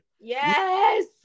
Yes